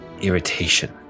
irritation